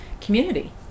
community